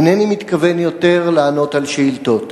אינני מתכוון יותר לענות על שאילתות.